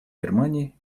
германии